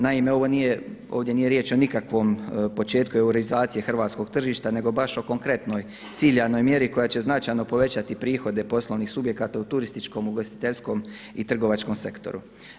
Naime, ovo nije, ovdje nije riječ o nikakvom početku eurizacije hrvatskog tržišta nego baš o konkretnoj ciljanoj mjeri koja će značajno povećati prihode poslovnih subjekata u turističkom ugostiteljskom i trgovačkom sektoru.